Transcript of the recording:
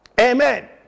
Amen